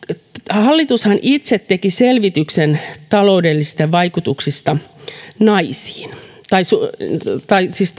hallitushan itse teki selvityksen taloudellisista vaikutuksista naisiin tai siis